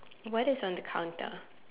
what is on the counter